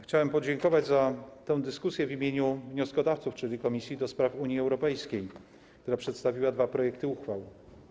Chciałem podziękować za tę dyskusję w imieniu wnioskodawców, czyli Komisji do Spraw Unii Europejskiej, która przedstawiła dwa projekty uchwał.